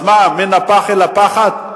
אז מה, מן הפח אל הפחת?